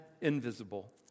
invisible